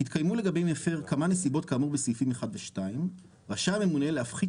התקיימו לגבי מפר כמה נסיבות כאמור בסעיפים 1 ו-2 רשאי הממונה להפחית